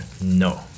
No